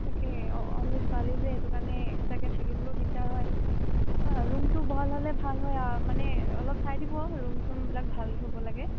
তাকে অনলি ছোৱালী যে সেইটো কাৰণে এক্সট্ৰাকৈ মানে থাকিবলৈকো দিগদাৰ হয় ৰূমটো বহল হ'লে ভাল হয় আৰু মানে অলপ চাই দিব ৰূম চুমবিলাক ভাল হ'ব লাগে